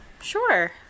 Sure